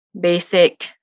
basic